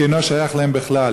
כי אינו שייך להם בכלל.